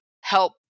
help